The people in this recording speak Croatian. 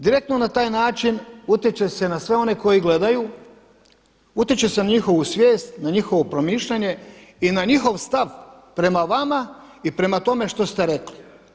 Diskretno na taj način utječe se na sve one koji gledaju, utječe se na njihovu svijest, na njihovo promišljanje i na njihov stav prema vama i prema tome što ste rekli.